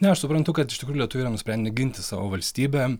ne aš suprantu kad lietuviai yra nusprendę ginti savo valstybę